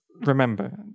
remember